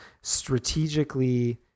strategically